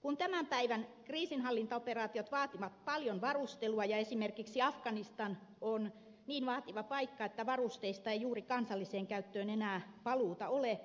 kun tämän päivän kriisinhallintaoperaatiot vaativat paljon varustelua ja esimerkiksi afganistan on niin vaativa paikka että varusteista ei juuri kansalliseen käyttöön enää paluuta ole